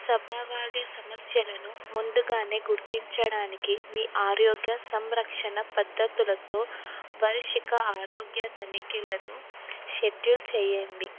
సంభావ్య సమస్యలను ముందుగానే గుర్తించడానికి మీ ఆరోగ్య సంరక్షణ పద్ధతులతో వార్షిక ఆరోగ్య తూనికలను షెడ్యూల్ చేయండి